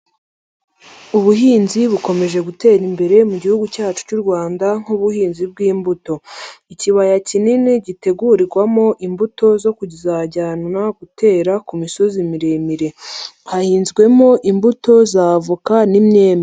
Ubuhinzi bukomeje gutera imbere mu gihugu cyacu cy'u Rwanda nk'ubuhinzi bw'imbuto. Ikibaya kinini gitegurirwamo imbuto zo kuzajyanwa gutera ku misozi miremire. Hahinzwemo imbuto za avoka n'imyembe.